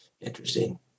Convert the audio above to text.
Interesting